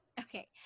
okay